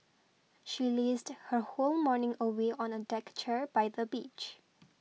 she lazed her whole morning away on a deck chair by the beach